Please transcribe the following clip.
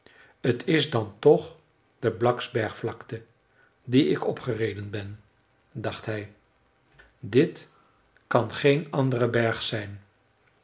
t is dan toch de blacksbergvlakte die ik opgereden ben dacht hij dit kan geen andere berg zijn